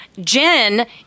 Jen